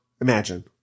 imagine